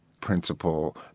principle